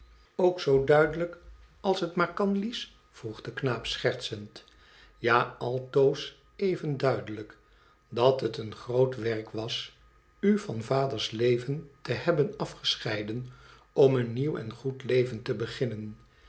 ook zoo duidelijk als het maar kan lies vroeg de knaap schertsend ja altoos even duidelijk dat het een groot werk was u van vaders leven te hebben afgescheiden om een nieuw en goed leven te beginnen